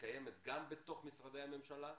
שקימת גם בתוך משרדי הממשלה,